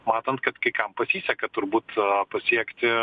matant kad kai kam pasiseka turbūt pasiekti